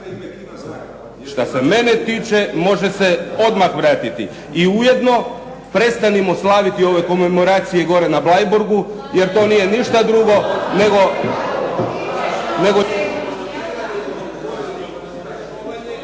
Što se mene tiče, može se odmah vratiti i ujedno prestanimo slaviti ove komemoracije gore na Bleiburgu jer to nije ništa drugo nego